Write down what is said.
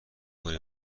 کنی